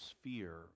sphere